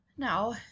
Now